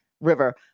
River